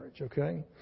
okay